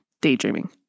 daydreaming